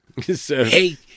Hey